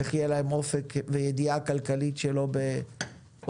איך יהיה להם אופק וידיעה כלכלית שלא מרחפת